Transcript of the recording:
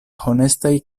honestaj